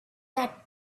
that